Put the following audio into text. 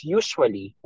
usually